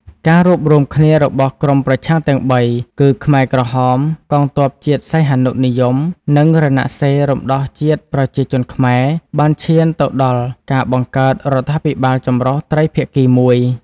ការរួបរួមគ្នារបស់ក្រុមប្រឆាំងទាំងបី គឺខ្មែរក្រហម កងទ័ពជាតិសីហនុនិយម និង រណសិរ្សរំដោះជាតិប្រជាជនខ្មែរ បានឈានទៅដល់ការបង្កើតរដ្ឋាភិបាលចម្រុះត្រីភាគីមួយ។